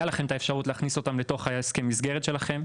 הייתה לכם אפשרות להכניס אותם למסגרת שלכם.